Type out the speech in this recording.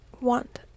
want